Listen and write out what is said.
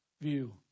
view